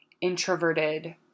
introverted